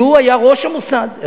שהיה ראש המוסד,